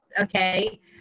Okay